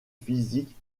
physiques